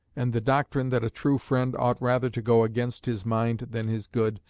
and the doctrine that a true friend ought rather to go against his mind than his good,